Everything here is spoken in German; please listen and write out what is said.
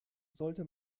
sollte